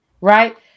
right